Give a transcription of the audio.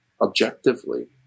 Objectively